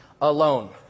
Alone